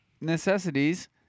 necessities